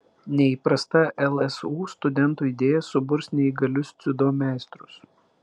neįprasta lsu studentų idėja suburs neįgalius dziudo meistrus